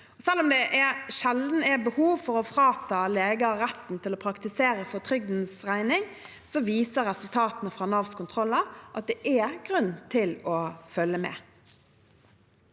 Selv om det sjelden er behov for å frata leger retten til å praktisere for trygdens regning, viser resultatene fra Navs kontroller at det er grunn til å følge med.